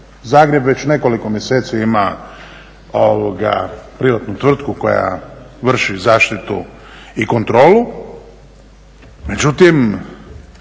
Zagreb već nekoliko mjeseci ima privatnu tvrtku koja vrši zaštitu i kontrolu.